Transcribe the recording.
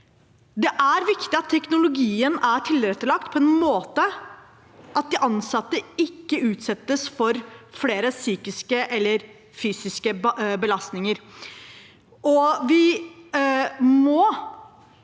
Det er viktig at teknologien er tilrettelagt på en sånn måte at de ansatte ikke utsettes for flere psykiske eller fysiske belastninger.